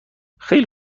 خیلی